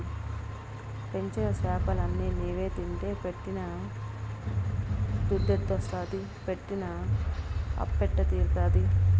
పెంచిన చేపలన్ని నీవే తింటే పెట్టిన దుద్దెట్టొస్తాది పెట్టిన అప్పెట్ట తీరతాది